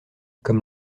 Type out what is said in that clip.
comme